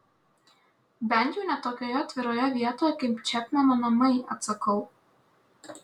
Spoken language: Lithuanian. bent jau ne tokioje atviroje vietoje kaip čepmeno namai atsakau